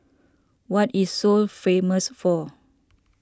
what is Seoul famous for